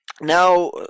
Now